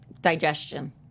Digestion